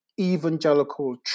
evangelical